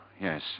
yes